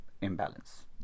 imbalance